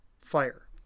fire